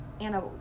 Anna